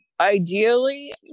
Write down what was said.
ideally